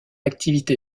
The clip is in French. activité